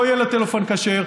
לא יהיה לו טלפון כשר.